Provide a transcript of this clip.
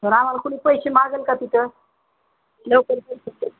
तर आम्हाला कुणी पैसे मागेल का तिथं लवकर पोचवतो